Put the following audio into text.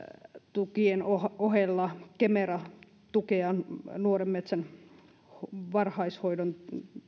tukien ohella myös kemera tukea eli taimikon varhaishoidon